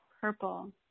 purple